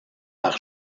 par